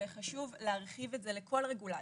וחשוב להרחיב את זה לכל רגולציה.